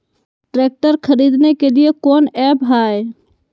Tractor खरीदने के लिए कौन ऐप्स हाय?